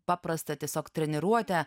paprastą tiesiog treniruotę